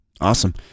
Awesome